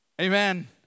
Amen